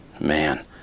man